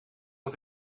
het